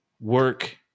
work